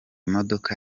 modoka